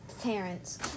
parents